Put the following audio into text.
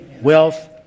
Wealth